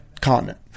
continent